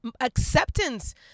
acceptance